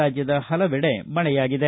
ರಾಜ್ಯದ ಹಲವೆಡೆ ಮಳೆಯಾಗಿದೆ